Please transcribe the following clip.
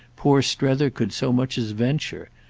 poor strether could so much as venture,